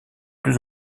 plus